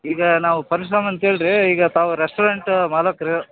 ಈಗ ನಾವು ಪರಶುರಾಮ್ ಅಂತ ಹೇಳ್ರಿ ಈಗ ತಾವು ರೆಸ್ಟೋರೆಂಟ್ ಮಾಲೀಕರು